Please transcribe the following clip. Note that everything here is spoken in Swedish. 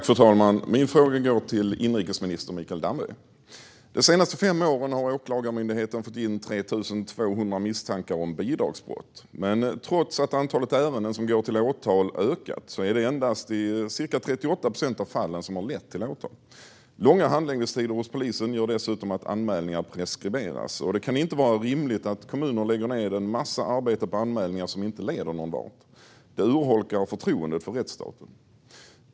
Fru talman! Min fråga går till inrikesminister Mikael Damberg. De senaste fem åren har Åklagarmyndigheten fått in 3 200 misstankar om bidragsbrott. Men trots att antalet ärenden som går till åtal har ökat är det endast cirka 38 procent av fallen som har lett till åtal. Långa handläggningstider hos polisen gör dessutom att anmälningar preskriberas. Det kan inte vara rimligt att kommuner lägger ned en massa arbete på anmälningar som inte leder någon vart. Det urholkar förtroendet för rättsstaten.